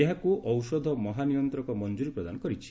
ଏହାକୁ ଔଷଧ ମହାନିୟନ୍ତ୍ରକ ମଞ୍ଜୁରୀ ପ୍ରଦାନ କରିଛି